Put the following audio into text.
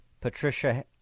Patricia